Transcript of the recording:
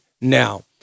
now